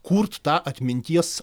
kurt tą atminties